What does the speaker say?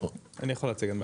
אני יכול להציג.